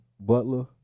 Butler